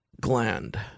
gland